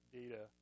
data